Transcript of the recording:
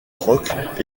rock